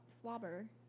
slobber